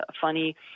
funny